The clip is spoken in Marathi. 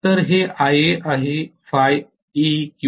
तर हे आयए आहे हे ɸa किंवा ɸar असेल